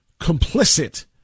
complicit